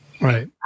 right